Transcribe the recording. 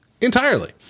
entirely